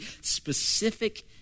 specific